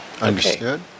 Understood